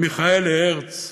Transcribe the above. מיכאל הרץ,